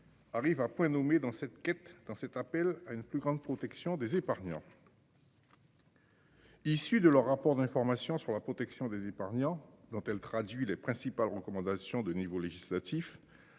Arrive à point nommé dans cette quête dans cet appel à une plus grande protection des épargnants. Issu de leur rapport d'information sur la protection des épargnants dont elle traduit les principales recommandations de niveau législatif.